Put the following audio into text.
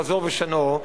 חזור ושנה,